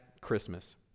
Christmas